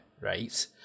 right